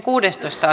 asia